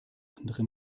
andere